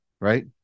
right